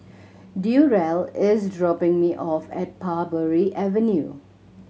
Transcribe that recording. Durrell is dropping me off at Parbury Avenue